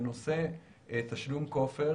בנושא תשלום כופר